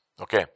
Okay